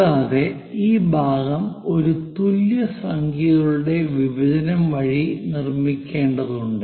കൂടാതെ ഈ ഭാഗം ഒരു തുല്യ സംഖ്യകളുടെ വിഭജനം വഴി നിർമ്മിക്കേണ്ടതുണ്ട്